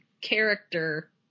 character